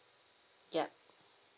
ya